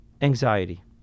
anxiety